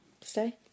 stay